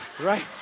right